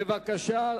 בבקשה.